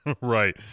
Right